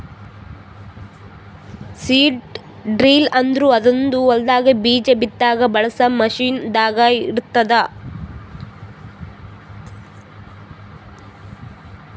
seed drill ಅಂದುರ್ ಅದೊಂದ್ ಹೊಲದಾಗ್ ಬೀಜ ಬಿತ್ತಾಗ್ ಬಳಸ ಮಷೀನ್ ದಾಗ್ ಇರ್ತ್ತುದ